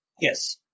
Yes